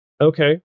Okay